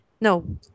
no